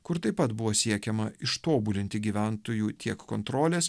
kur taip pat buvo siekiama ištobulinti gyventojų tiek kontrolės